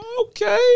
okay